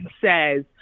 says